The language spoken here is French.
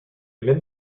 même